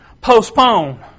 postpone